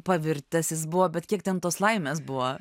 pavirtęs jis buvo bet kiek ten tos laimės buvo